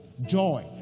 joy